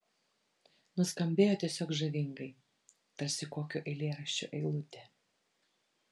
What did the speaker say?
nuskambėjo tiesiog žavingai tarsi kokio eilėraščio eilutė